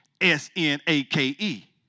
S-N-A-K-E